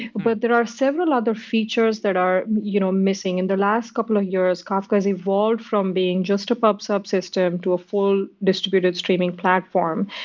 but are several other features that are you know missing. in the last couple of years, kafka has evolved from being just a pub sub system to a full disputed streaming platform.